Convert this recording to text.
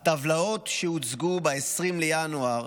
הטבלאות שהוצגו ב-20 בינואר,